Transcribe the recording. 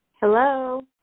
Hello